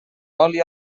oli